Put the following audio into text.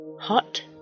hot